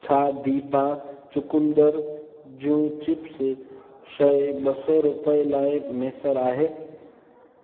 छा दिभा चुकुंदर जूं चिप्स शइ ॿ सौ रुपिए लाइ मयसरु आहे